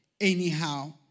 anyhow